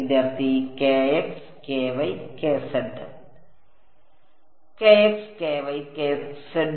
വിദ്യാർത്ഥി k x k y k z